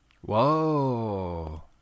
Whoa